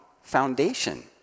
foundation